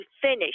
finish